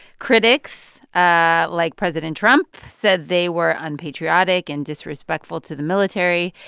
critics ah like president trump said they were unpatriotic and disrespectful to the military.